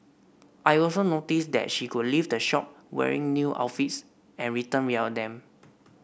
I also noticed that she could leave the shop wearing new outfits and returned without them